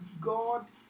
god